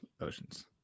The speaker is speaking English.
oceans